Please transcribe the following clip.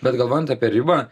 bet galvojant apie ribą